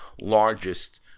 largest